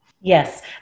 Yes